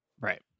Right